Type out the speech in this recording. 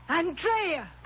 Andrea